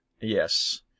Yes